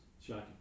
shocking